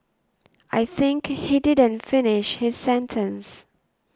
I think he didn't finish his sentence